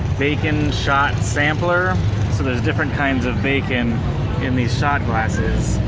bacon shot sampler. so there's different kinds of bacon in these shot glasses.